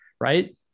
right